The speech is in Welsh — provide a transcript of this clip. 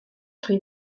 trwy